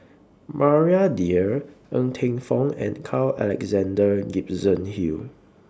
Maria Dyer Ng Teng Fong and Carl Alexander Gibson Hill